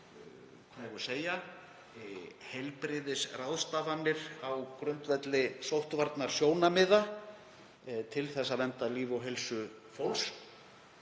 við að segja, heilbrigðisráðstafanir á grundvelli sóttvarnasjónarmiða til þess að vernda líf og heilsu fólks.